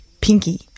pinky